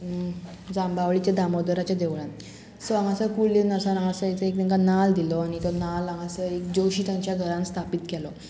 जांबावळीच्या दामोदराच्या देवळान सो हांगासर कूळ देव नासतना हांगासर एक तांकां नाल्ल दिलो आनी तो नाल्ल हांगासर एक ज्योशी तांच्या घरान स्थापीत केलो